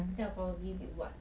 then I'll probably be what